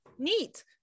neat